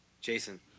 Jason